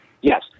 Yes